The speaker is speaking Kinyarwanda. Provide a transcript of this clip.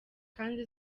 kandi